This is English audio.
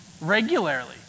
regularly